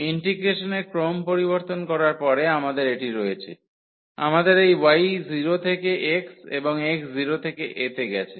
ইন্টিগ্রেশনের ক্রম পরিবর্তন করার পরে আমাদের এটি রয়েছে আমাদের এই y 0 থেকে x এবং x 0 থেকে a তে গেছে